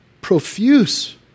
Profuse